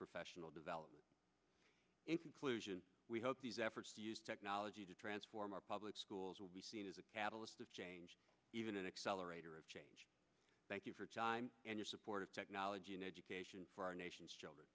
professional development and conclusion we hope these efforts to use technology to transform our public schools will be seen as a catalyst of change even an accelerator of change thank you for time and your support of technology and education for our nation's children